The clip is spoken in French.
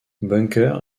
bunker